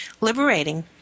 liberating